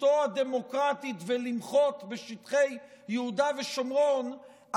זכותו הדמוקרטית ולמחות בשטחי יהודה ושומרון,